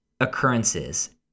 occurrences